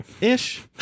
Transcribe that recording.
ish